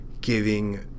giving